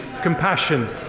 compassion